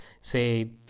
say